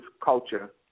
culture